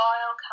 Oil